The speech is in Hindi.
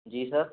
जी सर